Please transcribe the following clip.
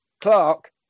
Clark